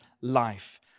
life